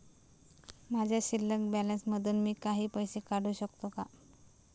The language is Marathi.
माझ्या शिल्लक बॅलन्स मधून मी काही पैसे काढू शकतो का?